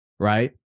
right